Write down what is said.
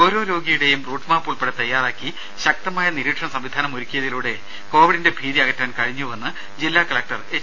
ഓരോ രോഗിയുടെയും റൂട്ട്മാപ്പ് ഉൾപ്പടെ തയ്യാറാക്കി ശക്തമായ നിരീക്ഷണ സംവിധാനമൊരുക്കിയതിലൂടെ കോവിഡിന്റെ ഭീതി അകറ്റാൻ കഴിഞ്ഞുവെന്ന് ജില്ലാ കലക്ടർ എച്ച്